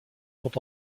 sont